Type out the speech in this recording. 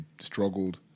struggled